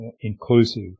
inclusive